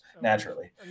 naturally